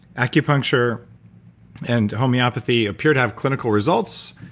acupuncture and homeopathy appear to have clinical results,